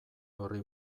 horri